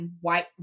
white